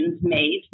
made